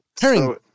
herring